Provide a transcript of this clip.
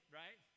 right